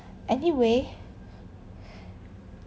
anyway